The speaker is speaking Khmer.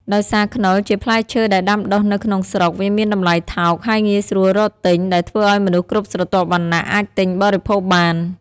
ដោយសារខ្នុរជាផ្លែឈើដែលដាំដុះនៅក្នុងស្រុក វាមានតម្លៃថោក ហើយងាយស្រួលរកទិញ ដែលធ្វើឲ្យមនុស្សគ្រប់ស្រទាប់វណ្ណៈអាចទិញបរិភោគបាន។